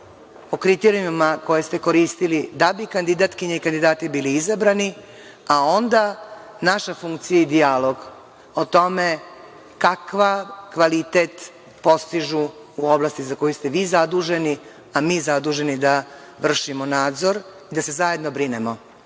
o kriterijumima koje ste koristili da bi kandidatkinje i kandidati bili izabrani, a onda naša funkcija i dijalog o tome kakav kvalitet postižu u oblasti za koju ste vi zaduženi, a mi zaduženi da vršimo nadzor i da se zajedno brinemo,